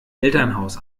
elternhaus